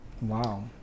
Wow